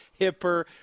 hipper